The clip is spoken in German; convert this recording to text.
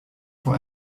vor